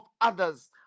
others